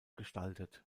gestaltet